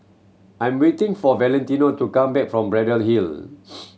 I'm waiting for Valentino to come back from Braddell Hill